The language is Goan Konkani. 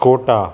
कोटा